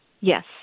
Yes